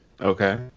Okay